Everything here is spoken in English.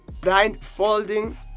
blindfolding